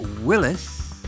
Willis